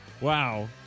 Wow